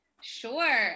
sure